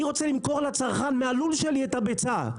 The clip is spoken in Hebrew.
אני רוצה למכור לצרכן מהלול שלי את הביצה.